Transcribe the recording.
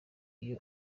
iyo